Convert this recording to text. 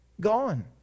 gone